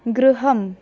गृहम्